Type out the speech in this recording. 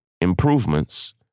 improvements